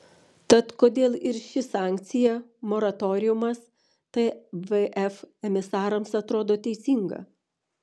tad kodėl ir ši sankcija moratoriumas tvf emisarams atrodo teisinga